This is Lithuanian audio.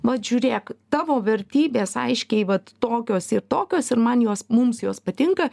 vat žiūrėk tavo vertybės aiškiai vat tokios ir tokios ir man jos mums jos patinka